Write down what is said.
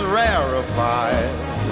rarefied